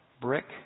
brick